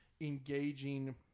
engaging